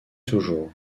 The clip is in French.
toujours